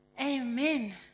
Amen